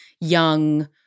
young